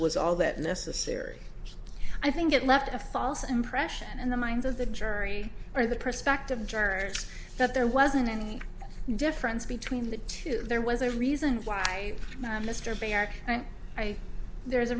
was all that necessary i think it left a false impression in the minds of the jury or the perspective jurors that there wasn't any difference between the two there was a reason why